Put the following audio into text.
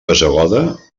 bassegoda